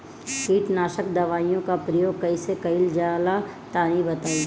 कीटनाशक दवाओं का प्रयोग कईसे कइल जा ला तनि बताई?